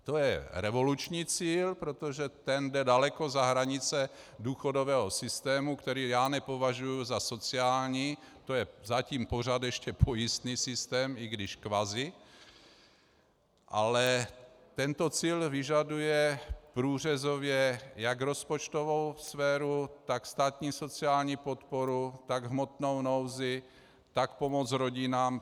To je revoluční cíl, protože ten jde daleko za hranice důchodového systému, který já nepovažuji za sociální, to je pořád ještě zatím pojistný systém, i když kvazi, ale tento cíl vyžaduje průřezově jak rozpočtovou sféru, tak státní sociální podporu, tak hmotnou nouzi, tak pomoc rodinám.